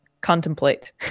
contemplate